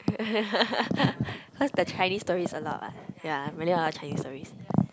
cause the Chinese tourist a lot [what] yeah really a lot of Chinese tourist